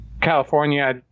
California